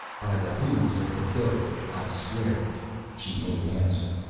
by the hoofs of the goat i swear it she made answer.